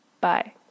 bye